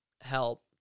help